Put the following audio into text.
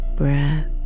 Breath